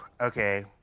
Okay